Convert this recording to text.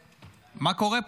ומה קורה פה?